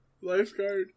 Lifeguard